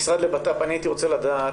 המשרד לביטחון פנים, אני הייתי רוצה לדעת